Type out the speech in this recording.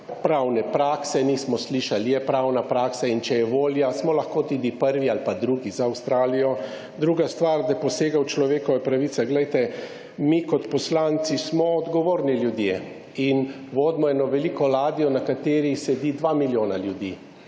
pravne prakse, nismo slišali, je pravna praksa in če je volja smo lahko tudi prvi ali drugi za Avstralijo. Druga stvar da posega v človekove pravice. Glejte, mi kot poslanci smo odgovorni ljudje in vodimo eno veliko ladjo, na kateri sedi dva milijona ljudi,